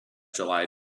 july